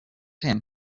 him